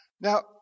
Now